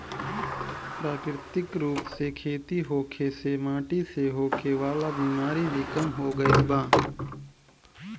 प्राकृतिक रूप से खेती होखे से माटी से होखे वाला बिमारी भी कम हो गईल बा